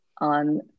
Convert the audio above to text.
on